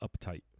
uptight